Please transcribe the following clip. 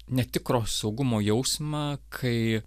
netikro saugumo jausmą kai